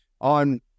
on